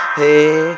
hey